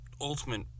ultimate